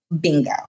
bingo